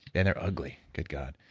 and they're ugly, good god.